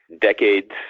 decades